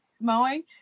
mowing